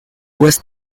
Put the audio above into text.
west